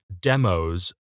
demos